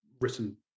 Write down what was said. written